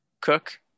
Cook